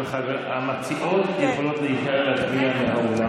אתה יכול לחכות רגע, שנעלה להצביע?